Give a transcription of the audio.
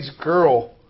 girl